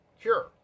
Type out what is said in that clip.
cure